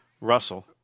Russell